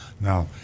Now